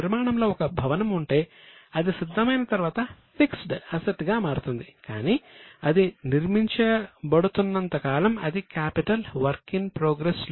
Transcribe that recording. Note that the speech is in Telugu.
క్యాపిటల్ వర్క్ ఇన్ ప్రోగ్రెస్ లో ఒక భాగం